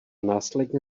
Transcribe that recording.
následně